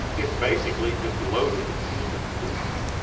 its basically just loaded human movement,